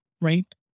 right